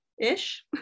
ish